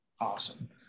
Awesome